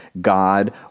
God